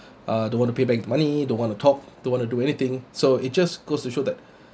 uh don't want to pay back the money don't want to talk don't want to do anything so it just goes to show that